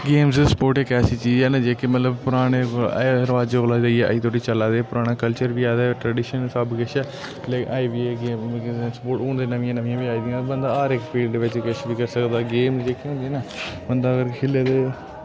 games and sports इक ऐसी चीज ऐ ना जेह्की मतलब पराने रवाजे कोला लेइये अजें तोड़ी चले दी पराने कल्चर बी हे ते ट्रेडिशन सब किश ऐ आई बी ऐ गेम ते स्पोर्ट हुन ते नवियां नवियां वी आई दियां बंदा हर इक फील्ड विच किश वी करी सकदा गेम जेह्की होंदी ना बंदा अगर खेले ते